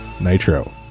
Nitro